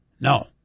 No